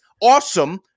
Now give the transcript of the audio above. Awesome